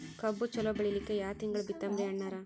ಕಬ್ಬು ಚಲೋ ಬೆಳಿಲಿಕ್ಕಿ ಯಾ ತಿಂಗಳ ಬಿತ್ತಮ್ರೀ ಅಣ್ಣಾರ?